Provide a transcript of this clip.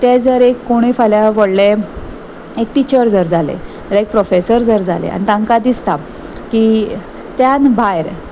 तें जर एक कोणूय फाल्यां व्हडलें एक टिचर जर जालें जाल्यार एक प्रोफेसर जर जालें आनी तांकां दिसता की त्यान भायर